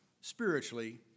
spiritually